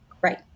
Right